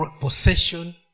possession